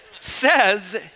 says